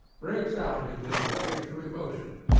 breaks out in this way through emotion,